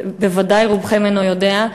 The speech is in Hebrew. בוודאי רובכם אינו יודע,